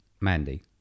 Mandy